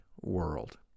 world